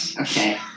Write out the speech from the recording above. Okay